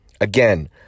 Again